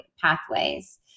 pathways